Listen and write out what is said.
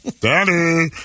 Daddy